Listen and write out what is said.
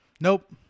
Nope